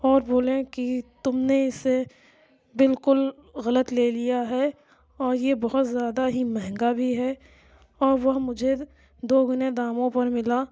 اور بولے کی تم نے اسے بالکل غلط لے لیا ہے اور یہ بہت زیادہ ہی مہنگا بھی ہے اور وہ مجھے دوگنے داموں پر ملا